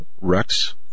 Rex